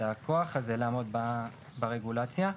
הכוח לעמוד ברגולציה.